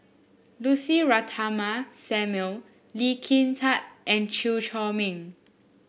Lucy Ratnammah Samuel Lee Kin Tat and Chew Chor Meng